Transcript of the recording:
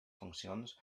funcions